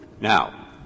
now